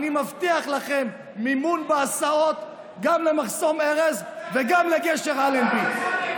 אני מבטיח לכם מימון בהסעות גם למחסום ארז וגם לגשר אלנבי.